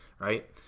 right